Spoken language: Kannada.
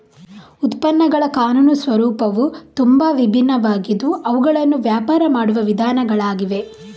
ಉತ್ಪನ್ನಗಳ ಕಾನೂನು ಸ್ವರೂಪವು ತುಂಬಾ ವಿಭಿನ್ನವಾಗಿದ್ದು ಅವುಗಳನ್ನು ವ್ಯಾಪಾರ ಮಾಡುವ ವಿಧಾನಗಳಾಗಿವೆ